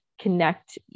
connect